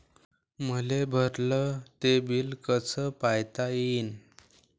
मले भरल ते बिल कस पायता येईन?